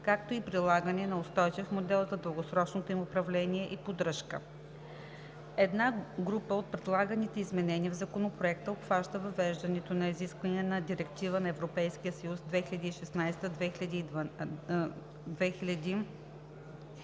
както и прилагане на устойчив модел за дългосрочното им управление и поддръжка. Една група от предлаганите изменения в Законопроекта обхваща въвеждане на изискванията на Директива (ЕC) 2016/2102